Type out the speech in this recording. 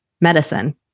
medicine